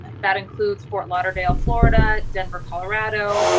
that includes ft. lauderdale florida, denver, colorado,